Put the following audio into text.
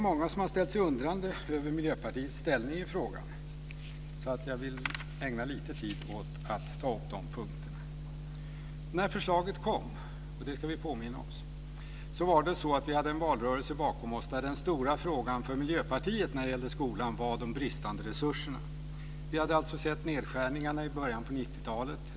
Många har ställt sig undrande över Miljöpartiets ställningstagande i frågan, och jag vill därför ägna lite tid åt de här punkterna. Vi ska påminna oss om att när förslaget kom hade vi en valrörelse bakom oss där den stora frågan för Miljöpartiet var de bristande resurserna i skolan. Vi hade sett nedskärningarna i början av 90-talet.